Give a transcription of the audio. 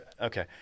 okay